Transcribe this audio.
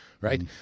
right